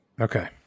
Okay